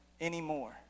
anymore